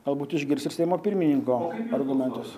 galbūt išgirs ir seimo pirmininko argumentus